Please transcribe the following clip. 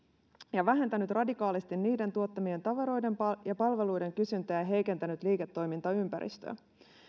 ja vähentänyt radikaalisti niiden tuottamien tavaroiden ja palveluiden kysyntää ja heikentänyt liiketoimintaympäristöä